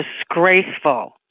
disgraceful